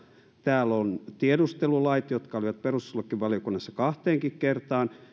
täällä on tiedustelulait jotka olivat perustuslakivaliokunnassa kahteenkin kertaan